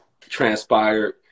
transpired